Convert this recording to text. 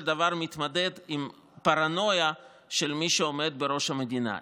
דבר מתמודד עם פרנויה של מי שעומד בראש המדינה.